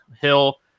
hill